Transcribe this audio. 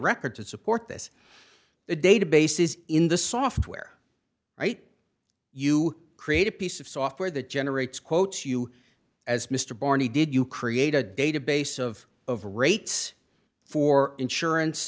record to support this the database is in the software right you create a piece of software that generates quotes you as mr barney did you create a database of of rates for insurance